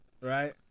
right